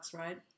right